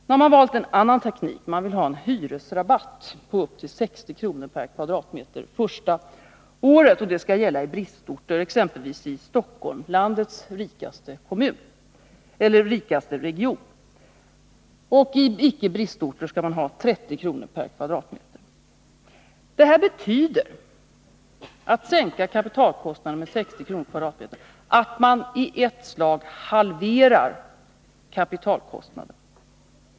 Nu har man valt en annan teknik — man vill ha en hyresrabatt på 60 kr. per kvadratmeter under det första året. Detta skall gälla i bristorter, exempelvis i Stockholm — landets rikaste region. I ickebristorter skall man ha en hyresrabatt på 30 kr. per kvadratmeter. Att sänka kapitalkostnaden med 60 kr. per kvadratmeter skulle betyda att man i ett slag halverar kapitalkostnaden.